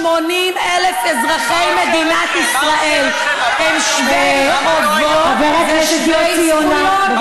480,000 אזרחי מדינת ישראל הם שווי חובות ושווי זכויות.